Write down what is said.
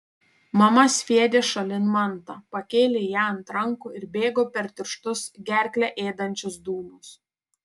mama sviedė šalin mantą pakėlė ją ant rankų ir bėgo per tirštus gerklę ėdančius dūmus